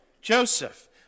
Joseph